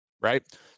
right